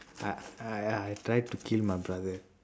I I I tried to kill my brother